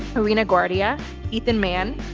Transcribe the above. irina guardia ethan man,